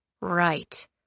Right